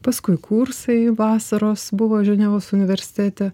paskui kursai vasaros buvo ženevos universitete